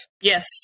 Yes